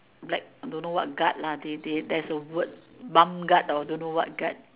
black don't know what guard lah they they there's a word mom guard or don't know what guard